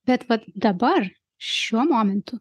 bet vat dabar šiuo momentu